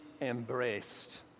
embraced